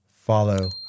follow